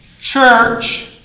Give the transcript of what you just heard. church